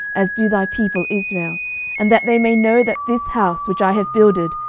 as do thy people israel and that they may know that this house, which i have builded,